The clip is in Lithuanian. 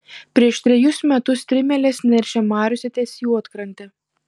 prieš trejus metus strimelės neršė mariose ties juodkrante